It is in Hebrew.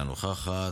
אינה נוכחת,